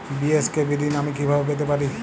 BSKB ঋণ আমি কিভাবে পেতে পারি?